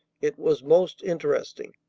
it was most interesting.